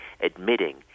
admitting